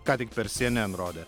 ką per cnn rodė